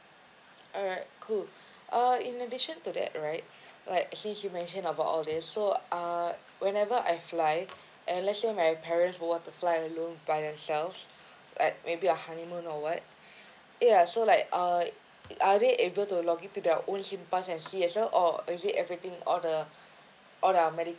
alright cool uh in addition to that right like since you mention about all this so uh whenever I fly and let's say my parents would want to fly alone by themselves maybe like maybe a honeymoon or what ya so like uh are they able to log-in to their own SingPass and see as well or is it everything all the all their medi~